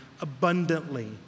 abundantly